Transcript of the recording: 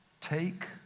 Take